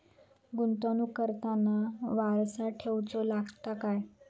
गुंतवणूक करताना वारसा ठेवचो लागता काय?